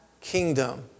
kingdom